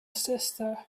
sister